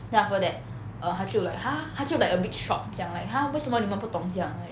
then after that err 他就 like !huh! 他就 like a bit shocked 讲 like !huh! 为什么你们不懂这样